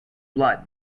blood